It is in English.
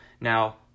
Now